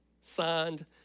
Signed